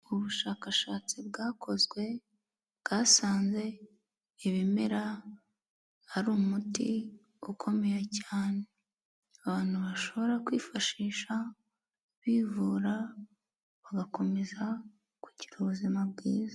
Ubushakashatsi bwakozwe bwasanze ibimera ari umuti ukomeye cyane, abantu bashobora kwifashisha bivura bagakomeza kugira ubuzima bwiza.